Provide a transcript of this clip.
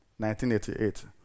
1988